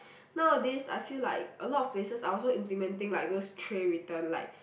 nowadays I feel like a lot of places are also implementing like those tray return like